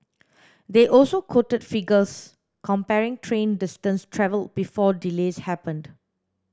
they also quoted figures comparing train distance travelled before delays happened